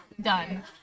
done